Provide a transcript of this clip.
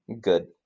Good